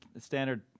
standard